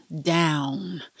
down